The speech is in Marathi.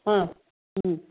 हां